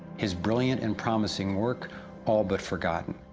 his brilliant and promising work all but forgotten.